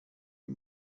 and